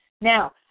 now